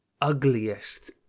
ugliest